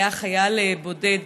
היה חייל בודד,